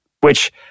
which-